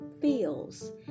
feels